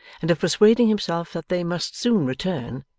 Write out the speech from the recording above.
and of persuading himself that they must soon return,